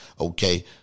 okay